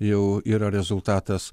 jau yra rezultatas